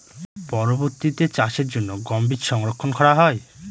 পরবর্তিতে চাষের জন্য গম বীজ সংরক্ষন করা হয়?